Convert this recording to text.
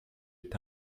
est